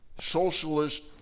Socialist